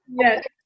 Yes